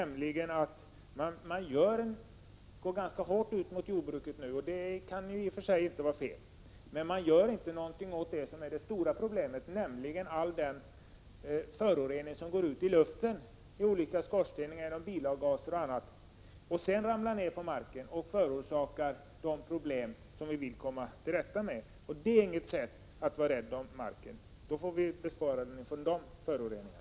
Man går nu ut ganska hårt mot jordbruket, och det är i och för sig inte fel, men man gör inte någonting åt det stora problemet, nämligen alla föroreningar som går ut i luften via olika skorstenar, i form av bilavgaser och annat och sedan faller ned på marken och förorsakar en del av de problem som vi vill komma till rätta med. Det hjälper inte att vara rädd om marken. Vill man vara det får man bespara den de föroreningarna.